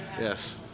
Yes